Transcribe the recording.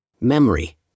Memory